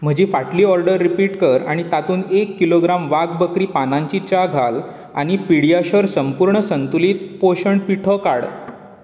म्हजी फाटली order repeat कर आनी तातूंत एक किलोग्राम वाघ बकरी पानांची च्या घाल आनी पीडियाश्योर संपूर्ण संतुलीत पोशण पिठो काड